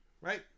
right